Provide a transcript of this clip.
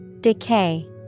Decay